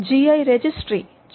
GI registry ചെന്നൈയിലാണ്